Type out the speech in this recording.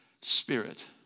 Spirit